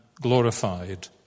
glorified